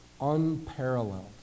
unparalleled